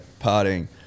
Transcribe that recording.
partying